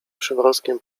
przymrozkiem